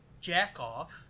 jack-off